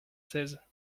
seize